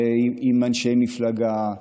עם אנשי מפלגה,